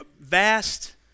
vast